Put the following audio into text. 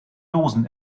dosen